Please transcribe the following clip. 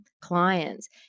clients